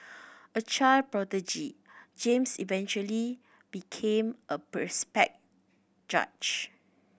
a child prodigy James eventually became a judge